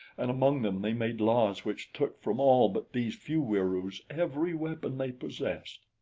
and among them they made laws which took from all but these few wieroos every weapon they possessed.